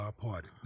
Party